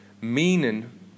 meaning